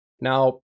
Now